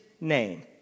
name